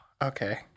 Okay